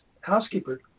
housekeeper